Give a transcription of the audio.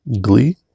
Glee